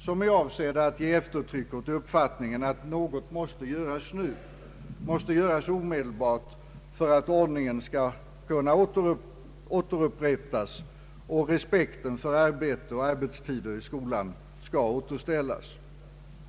som är avsedda att ge uttryck för uppfattningen att något måste göras omedelbart för att ordningen skall kunna upprätthållas och respekten för arbete och arbetstider återställas.